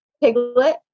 Piglet